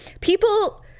people